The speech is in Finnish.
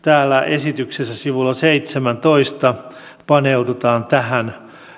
esityksessä sivulla seitsemääntoista paneudutaan tähän